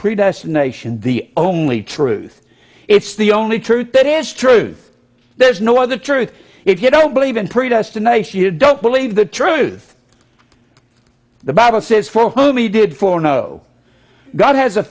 predestination the only truth it's the only truth that is truth there's no other truth if you don't believe in predestination you don't believe the truth the bible says for whom he did for no god has a